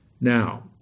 Now